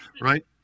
Right